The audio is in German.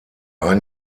ein